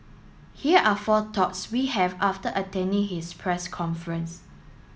here are four thoughts we have after attending his press conference